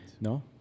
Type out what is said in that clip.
No